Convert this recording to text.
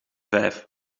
vijf